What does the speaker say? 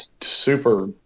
super